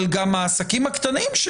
אבל גם העסקים הקטנים.